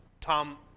Tom